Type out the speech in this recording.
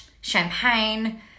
champagne